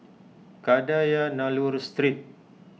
Kadayanallur Street